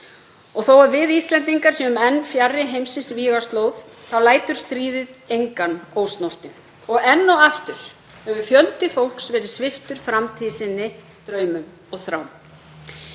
Þó að við Íslendingar séum enn fjarri heimsins vígaslóð þá lætur stríðið engan ósnortinn og enn og aftur hefur fjöldi fólks verið sviptur framtíð sinni, draumum og þrám.